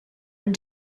and